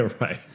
Right